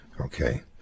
Okay